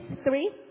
three